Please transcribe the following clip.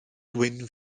gwyn